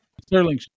Sterling